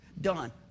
Done